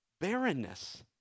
barrenness